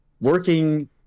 working